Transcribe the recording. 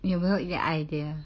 有没有一个 idea